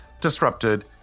disrupted